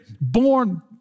born